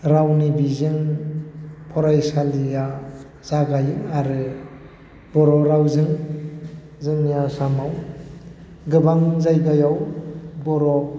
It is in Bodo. रावनि बिजों फरायसालिया जागायो आरो बर' रावजों जोंनि आसामाव गोबां जायगायाव बर'